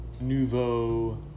nouveau